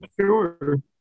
Sure